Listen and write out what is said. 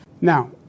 Now